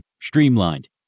streamlined